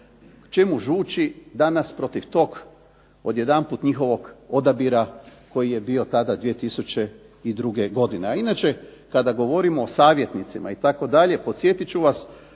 Čemu žuči danas protiv tog odjedanput njihovog odabira koji je bio tada 2002. godine. A inače, kada govorimo o savjetnicima itd. podsjetit ću vas